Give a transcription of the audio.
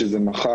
שזה מחר,